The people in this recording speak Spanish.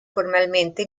formalmente